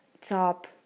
top